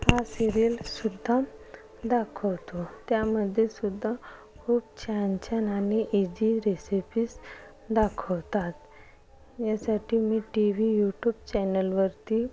हा सिरियलसुद्धा दाखवतो त्यामध्ये सुद्धा खूप छान छान आणि ईझी रेसिपीज दाखवतात यासाठी मी टी वी यूट्यूब चॅनलवरती